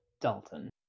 Dalton